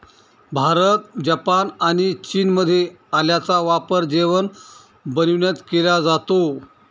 Bharat, Japan आणि चीनमध्ये आल्याचा वापर जेवण बनविण्यात केला जातो